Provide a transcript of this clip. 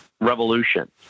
revolution